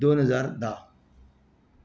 दोन हजार धा